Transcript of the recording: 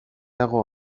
dago